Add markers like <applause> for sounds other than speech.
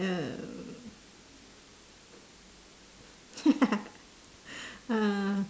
<laughs> uh